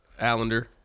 allender